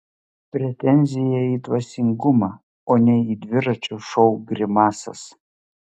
pretenzija į dvasingumą o ne į dviračio šou grimasas